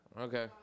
Okay